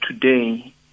today